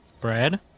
Bread